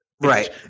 Right